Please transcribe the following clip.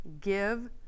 Give